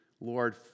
Lord